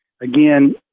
again